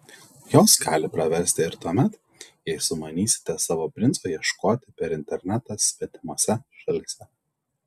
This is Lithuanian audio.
jos gali praversti ir tuomet jei sumanysite savo princo ieškoti per internetą svetimose šalyse